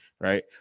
right